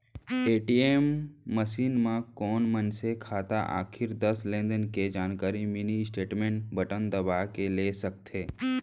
ATM machine म कोन मनसे खाता आखरी दस लेनदेन के जानकारी मिनी स्टेटमेंट बटन दबा के ले सकथे